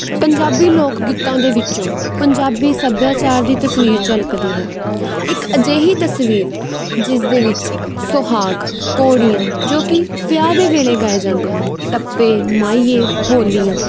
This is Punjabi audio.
ਪੰਜਾਬੀ ਲੋਕ ਗੀਤਾਂ ਦੇ ਵਿੱਚੋਂ ਪੰਜਾਬੀ ਸੱਭਿਆਚਾਰ ਦੀ ਤਸਵੀਰ ਝਲਕਦੀ ਹੈ ਇੱਕ ਅਜਿਹੀ ਤਸਵੀਰ ਜਿਸਦੇ ਵਿੱਚ ਸੁਹਾਗ ਘੋੜੀਆਂ ਜੋ ਕਿ ਵਿਆਹ ਦੇ ਵੇਲੇ ਗਾਏ ਜਾਂਦੇ ਹਨ ਟੱਪੇ ਮਾਹੀਏ ਬੋਲੀਆਂ